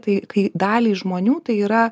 tai kai daliai žmonių tai yra